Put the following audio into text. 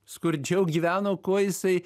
skurdžiau gyveno kuo jisai